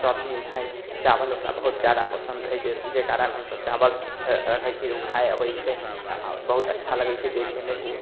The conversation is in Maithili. शौकीन हइ चावल ओकरा बहुत ज्यादा पसन्द हइ जाहि कारण हमसभ चावल रखैत छियै ओ खाय अबैत छै बहुत अच्छा लगैत छै देखयमे ओ